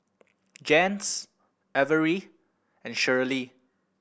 Jens Averi and Shirley